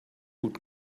gut